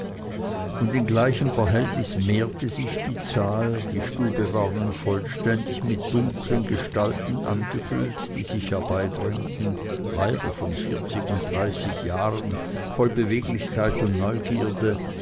und in gleichem verhältnisse mehrte sich die zahl die stube war nun vollständig mit dunklen gestalten angefüllt die sich herbeidrängten weiber von vierzig und dreißig jahren voll beweglichkeit und neugierde